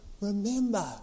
remember